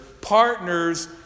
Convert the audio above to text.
Partners